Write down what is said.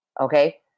Okay